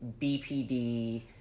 BPD